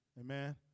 amen